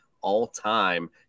all-time